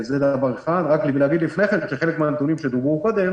רק להגיד לפני כן שחלק מהנתונים שדוברו קודם